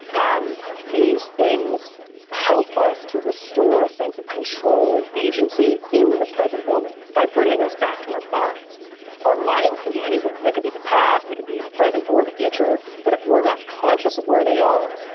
um these things help us to restore a sense of control and agency in the present moment, by bringing us back to our bodies our minds can be anywhere. they could be in the past, they could be in the present or the future, but if we're not conscious of where they are,